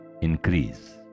increase